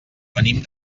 venim